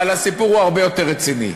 אבל הסיפור הוא הרבה יותר רציני.